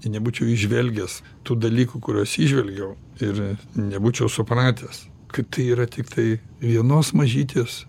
ir nebūčiau įžvelgęs tų dalykų kuriuos įžvelgiau ir nebūčiau supratęs kad tai yra tiktai vienos mažytės